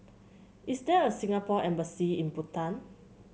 is there a Singapore Embassy in Bhutan